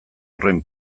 horren